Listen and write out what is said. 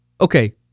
Okay